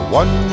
one